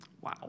Wow